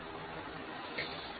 ಆದ್ದರಿಂದ ಫಿಗರ್ 4